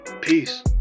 Peace